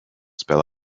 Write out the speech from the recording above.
spell